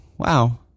Wow